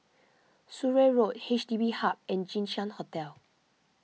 Surrey Road H D B Hub and Jinshan Hotel